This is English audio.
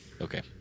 Okay